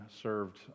served